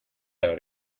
out